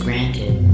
Granted